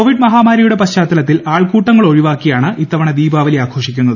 Covid മഹാമാരിയുടെ പശ്ചാത്തലത്തിൽ ആൾക്കൂട്ടങ്ങൾ ഒഴിവാക്കിയാണ് ഇത്തവണ ദീപാവലി ആഘോഷിക്കുന്നത്